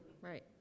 right